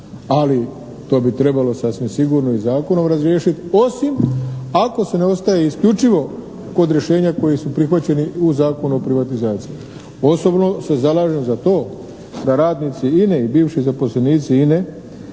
Ali to bi trebalo sasvim sigurno i zakonom razriješiti osim ako se ne ostaje isključivo kod rješenja koji su prihvaćeni u Zakonu o privatizaciji. Osobno se zalažem za to da radnici INA-e i bivši zaposlenici INA-e